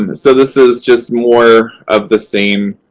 and so, this is just more of the same,